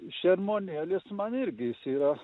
šermuonėlis man irgi jis yra